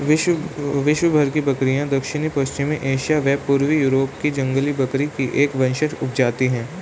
विश्वभर की बकरियाँ दक्षिण पश्चिमी एशिया व पूर्वी यूरोप की जंगली बकरी की एक वंशज उपजाति है